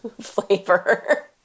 flavor